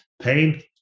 Pain